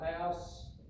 house